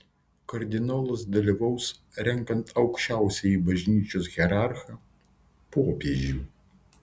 kardinolas dalyvaus renkant aukščiausiąjį bažnyčios hierarchą popiežių